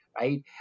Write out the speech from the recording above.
right